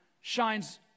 shines